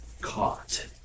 caught